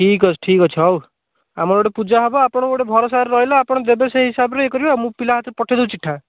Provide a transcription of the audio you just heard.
ଠିକ୍ ଅଛି ଠିକ୍ ଅଛି ହଉ ଆମର ଗୋଟେ ପୂଜା ହେବ ଆପଣ ଗୋଟେ ଭରସାରେ ରହିଲା ଆପଣ ଦେବେ ସେଇ ହିସାବରେ ଇଏ କରିବେ ଆଉ ମୁଁ ପିଲା ହାତରେ ପଠାଇଦେଉଛି ଚିଠା